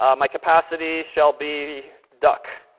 um my capacity shall be duck.